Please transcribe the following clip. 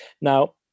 Now